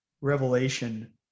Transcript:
revelation